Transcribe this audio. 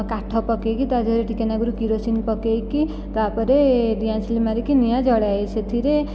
କାଠ ପକେଇକି ତା ଦେହରେ ଟିକେ ନାକୁରୁ କିରୋସିନ ପକେଇକି ତାପରେ ଦିଆସିଲି ମାରିକି ନିଆଁ ଜଳାଏ ସେଥିରେ